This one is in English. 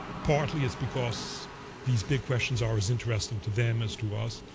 partly it's because these big questions are as interesting to them as to us.